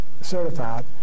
certified